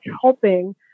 helping